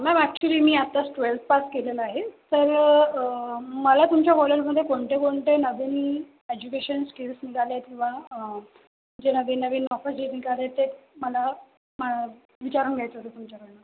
ma'am actually मी आत्ताच twelfth pass केलेलं आहे तर मला तुमच्या कॉलेजमध्ये कोणते कोणते नवीन एज्युकेशन स्किल्स निघालेत किंवा जे नवीन नवीन जे निघालेत ते मला विचारून घ्यायचं होतं तुमच्याकडनं